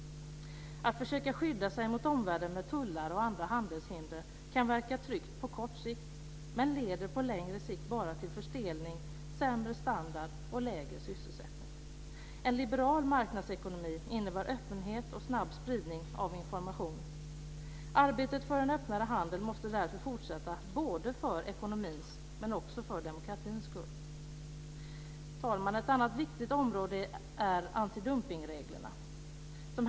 Att försöka skydda sig mot omvärlden med tullar och andra handelshinder kan verka tryggt på kort sikt men leder på längre sikt bara till förstelning, sämre standard och lägre sysselsättning. En liberal marknadsekonomi innebär öppenhet och snabb spridning av information. Arbetet för en öppnare handel måste därför fortsätta, både för ekonomins och för demokratins skull. Herr talman! Ett annat viktigt område är antidumpningsreglerna.